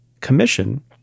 commission